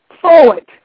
forward